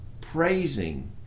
praising